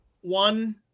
one